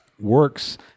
works